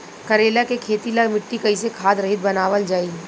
करेला के खेती ला मिट्टी कइसे खाद्य रहित बनावल जाई?